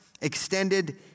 extended